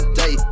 day